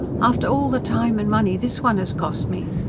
after all the time and money this one has cost me.